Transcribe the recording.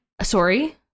Sorry